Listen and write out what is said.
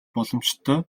боломжтой